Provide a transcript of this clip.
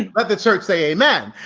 and let the church say, amen.